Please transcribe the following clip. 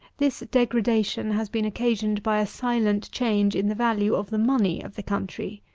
this degradation has been occasioned by a silent change in the value of the money of the country.